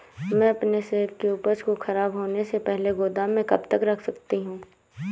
मैं अपनी सेब की उपज को ख़राब होने से पहले गोदाम में कब तक रख सकती हूँ?